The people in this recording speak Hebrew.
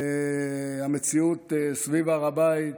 המציאות סביב הר הבית,